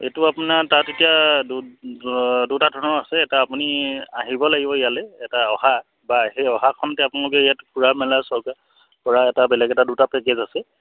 এইটো আপোনাৰ তাত এতিয়া দুটা ধৰণৰ আছে এটা আপুনি আহিব লাগিব ইয়ালৈ এটা অহা বা সেই অহাখনতে আপোনালোকে ইয়াত ফুৰা মেলা চকা কৰা এটা বেলেগ এটা দুটা পেকেজ আছে